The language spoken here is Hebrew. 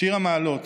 "שיר המעלות